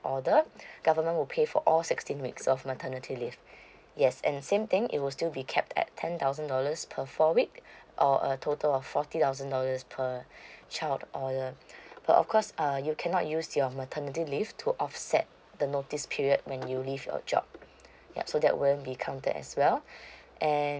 order government will pay for all sixteen weeks of maternity leave yes and same thing it will still be kept at ten thousand dollars per four week or a total of forty thousand dollars per child order but of course uh you cannot use your maternity leave to offset the notice period when you leave your job yup so that wouldn't be counted as well and